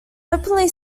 openly